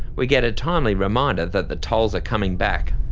we get a timely reminder that the tolls are coming back.